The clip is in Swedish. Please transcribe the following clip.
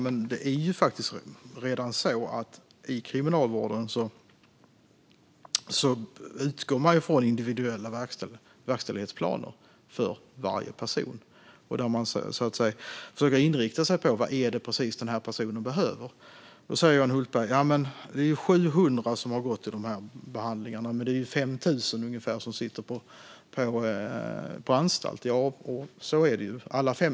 Men det är faktiskt redan så att man inom kriminalvården utgår från individuella verkställighetsplaner för varje person, där man så att säga försöker inrikta sig på vad varje person behöver. Då säger Johan Hultberg att det var 700 som gick dessa behandlingsprogram men att det är ungefär 5 000 som sitter på anstalt. Så är det.